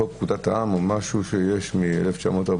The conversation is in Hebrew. חוק פקודת העם או משהו שיש מ-1948,